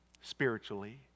spiritually